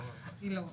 היא לא עולה.